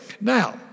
Now